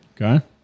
Okay